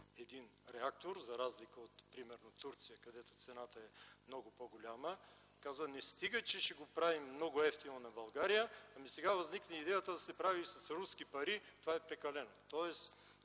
един реактор ...”, за разлика от Турция например, където цената е много по-голяма. И казват: „Не стига, че ще го правим много евтино за България, а сега възникна идеята да се прави и с руски пари – това е прекалено.”